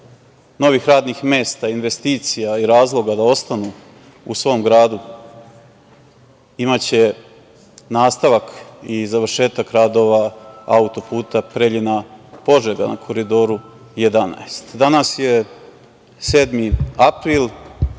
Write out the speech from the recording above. novih radnih mesta, investicija i razloga da ostanu u svom gradu imaće nastavak i završetak radova autoputa Preljina-Požega na Koridoru 11.Danas je 7. april.